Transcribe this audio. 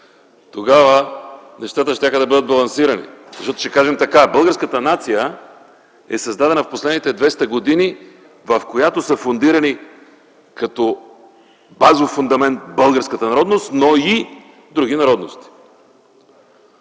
тогава нещата щяха да бъдат балансирани, защото ще кажем така: българската нация е създадена в последните 200 години, в която са вградени като базов фундамент и българската народност, но и други народности.